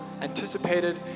anticipated